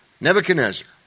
Nebuchadnezzar